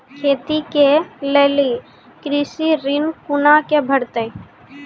खेती के लेल कृषि ऋण कुना के भेंटते?